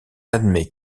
admet